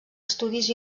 estudis